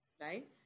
right